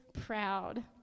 proud